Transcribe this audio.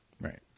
Right